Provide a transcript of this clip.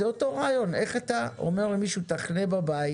זאת אומרת, איך אתה אומר למישהו תחנה בבית